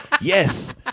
Yes